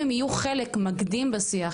אם הם יהיו חלק מקדים בשיח,